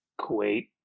Kuwait